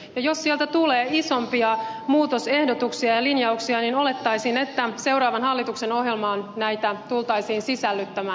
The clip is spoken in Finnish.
jos sieltä tulee isompia muutosehdotuksia ja linjauksia niin olettaisin että seuraavan hallituksen ohjelmaan näitä tultaisiin sisällyttämään